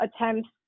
attempts